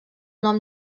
nom